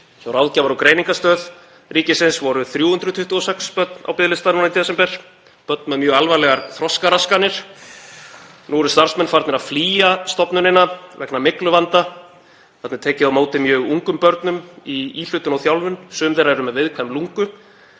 Hjá Ráðgjafar- og greiningarstöð voru 326 börn á biðlista í desember, börn með mjög alvarlegar þroskaraskanir. Nú eru starfsmenn farnir að flýja stofnunina vegna mygluvanda. Þarna er tekið á móti mjög ungum börnum í íhlutun og þjálfun. Sum þeirra eru með viðkvæm lungu.